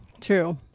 true